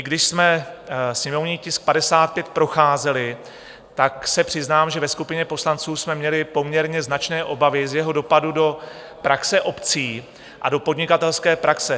Když jsme sněmovní tisk 55 procházeli, tak se přiznám, že ve skupině poslanců jsme měli poměrně značné obavy z jeho dopadu do praxe obcí a do podnikatelské praxe.